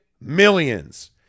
millions